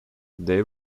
they